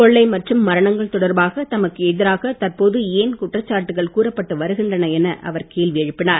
கொள்ளை மற்றும் மரணங்கள் தொடர்பாக தமக்கு எதிராக தற்போது ஏன் குற்றச்சாட்டுக்கள் கூறப்பட்டு வருகின்றன என அவர் கேள்வி எழுப்பினார்